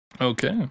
Okay